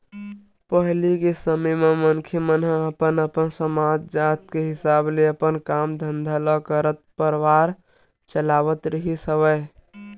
पहिली के समे म मनखे मन ह अपन अपन समाज, जात के हिसाब ले अपन काम धंधा ल करत परवार चलावत रिहिस हवय